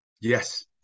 Yes